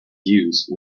use